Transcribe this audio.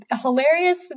hilarious